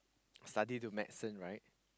study to medicine right